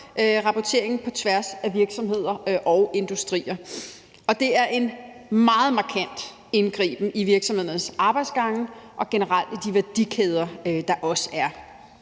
rapporteringen på tværs af virksomheder og industrier. Og det er en meget markant indgriben i virksomhedernes arbejdsgange og generelt i de værdikæder, der også er.